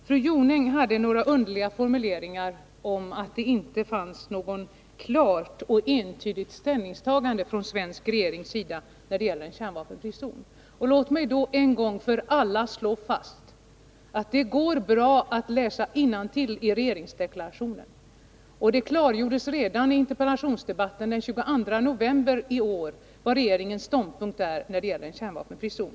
Fru Jonäng hade några underliga formuleringar om att det inte fanns något klart och entydigt ställningstagande från den svenska regeringens sida när det gäller en kärnvapenfri zon. Låt mig då en gång för alla slå fast att det går bra att läsa innantill i regeringsdeklarationen. Redan i interpellationsdebatten den 22 november förra året klargjordes regeringens ståndpunkt när det gäller en kärnvapenfri zon.